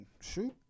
shoot